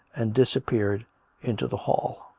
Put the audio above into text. and dis appeared into the hall.